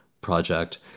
project